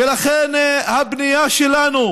ולכן הפנייה שלנו,